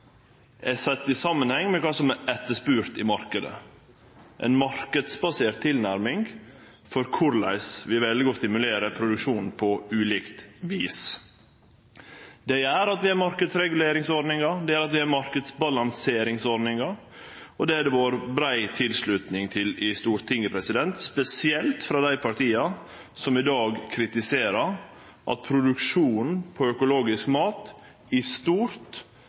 er sett i samanheng med kva som er etterspurt i marknaden – ei marknadsbasert tilnærming til korleis vi vel å stimulere produksjonen på ulikt vis. Det gjer at vi har marknadsreguleringsordningar, det gjer at vi har marknadsbalanseringsordningar, og det har det vore brei tilslutning til i Stortinget, spesielt frå dei partia som i dag kritiserer at produksjonen av økologisk mat i stort